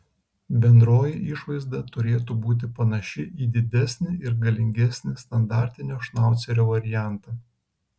bendroji išvaizda turėtų būti panaši į didesnį ir galingesnį standartinio šnaucerio variantą